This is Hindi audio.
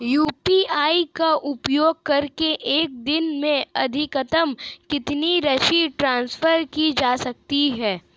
यू.पी.आई का उपयोग करके एक दिन में अधिकतम कितनी राशि ट्रांसफर की जा सकती है?